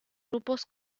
grupos